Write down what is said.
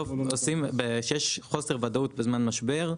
כשיש חוסר ודאות בזמן משבר,